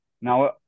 Now